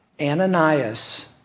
Ananias